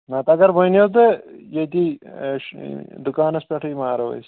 نَتہٕ اگر ؤنِو تہٕ ییٚتی دُکانَس پیٚٹھٕے مارو أسۍ